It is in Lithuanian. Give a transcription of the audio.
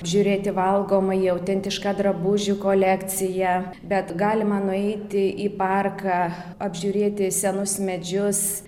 žiūrėti valgomąjį autentišką drabužių kolekciją bet galima nueiti į parką apžiūrėti senus medžius